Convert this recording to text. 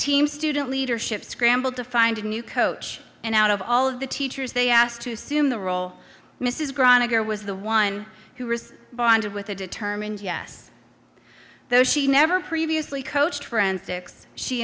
team student leadership scramble to find a new coach and out of all of the teachers they asked to see him the role mrs graniger was the one who has bonded with a determined yes though she never previously coached forensics she